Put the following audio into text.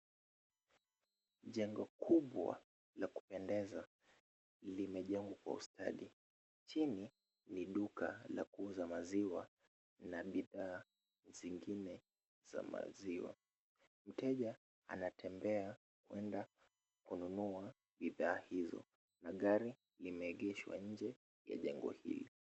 Jengo kubwa la kupendeza limejengwa kwa ustadi, chini ni duka la kuuza maziwa na bidhaa zingine za maziwa. Mteja anatembea kwenda kununua bidhaa hizo na gari limeegeshwa nje ya jengo hili.